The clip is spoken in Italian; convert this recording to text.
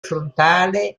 frontale